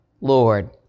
Lord